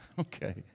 Okay